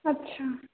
अच्छा